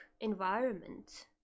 environment